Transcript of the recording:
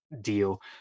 deal